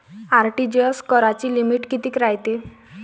RTGS कराची limit कितीक रायते?